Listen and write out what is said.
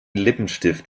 lippenstift